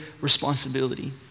responsibility